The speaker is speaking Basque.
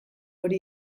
hori